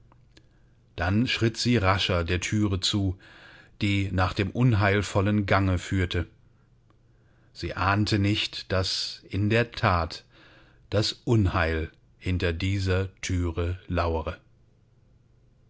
dann schritt sie rascher der thüre zu die nach dem unheilvollen gange führte sie ahnte nicht daß in der that das unheil hinter dieser thüre lauere